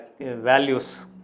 values